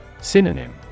Synonym